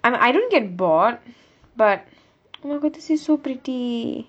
I I don't get bored but oh my god this is so pretty